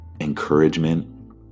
encouragement